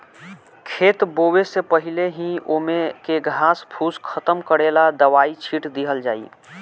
खेत बोवे से पहिले ही ओमे के घास फूस खतम करेला दवाई छिट दिहल जाइ